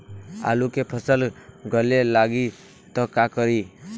आलू के फ़सल गले लागी त का करी?